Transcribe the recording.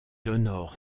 honore